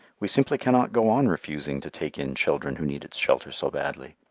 we simply cannot go on refusing to take in children who need its shelter so badly.